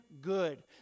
good